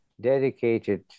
dedicated